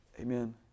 Amen